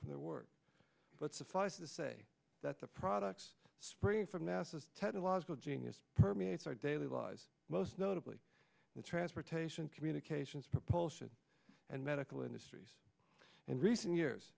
from their work but suffice to say that the products spring from massive technological genius permeates our daily lives most notably the transportation communications propulsion and medical industries in recent years